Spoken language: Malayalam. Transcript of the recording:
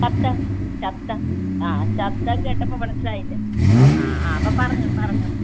ശബ്ദം ശബ്ദം ആ ശബ്ദം കേട്ടപ്പോൾ മനസ്സിലായില്ലേ ആ ആ അപ്പോൾ പറഞ്ഞോ പറഞ്ഞോ